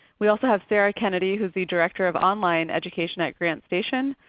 we also have sara kennedy who is the director of online education at grantstation.